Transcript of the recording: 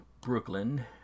Brooklyn